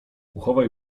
uchowaj